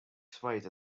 swayed